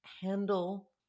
handle